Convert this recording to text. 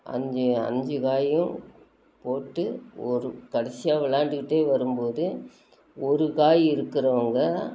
அஞ்சு அஞ்சு காயும் போட்டு ஒரு கடைசியா விளாண்டுக்கிட்டே வரும்போது ஒரு காய் இருக்கிறவுங்க